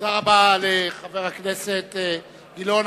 תודה רבה לחבר הכנסת גילאון.